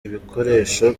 ibikoresho